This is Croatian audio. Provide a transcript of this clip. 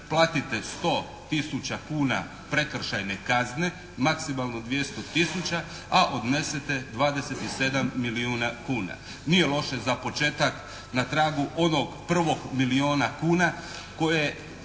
platite 100 tisuća kuna prekršajne kazne, maksimalno 200 tisuća a odnesete 27 milijuna kuna. Nije loše za početak. Na tragu onog prvog milijuna kuna kojega